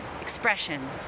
expression